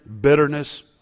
bitterness